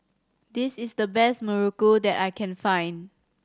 this is the best muruku that I can find